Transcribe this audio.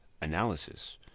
analysis